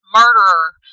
murderer